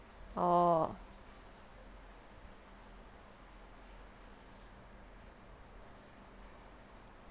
orh